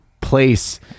place